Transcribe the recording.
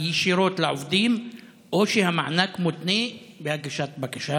ישירות לעובדים או שהמענק מותנה בבקשה?